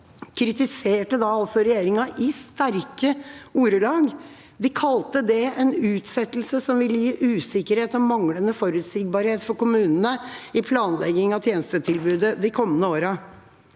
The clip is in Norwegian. kritiserte da regjeringa i sterke ordelag. De kalte det en utsettelse som ville gi usikkerhet og manglende forutsigbarhet for kommunene i planleggingen av tjenestetilbudet de kommende årene.